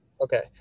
Okay